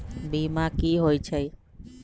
बीमा कि होई छई?